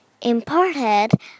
imported